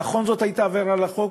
נכון שזאת הייתה עבירה על החוק,